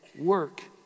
work